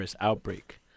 outbreak